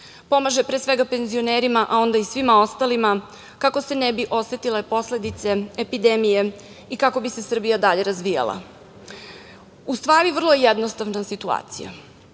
pomaže pre svega penzionerima a onda i svima ostalima kako se ne bi osetile posledice epidemije i kako bi se Srbija dalje razvijala.U stvari, vrlo je jednostavna situacija,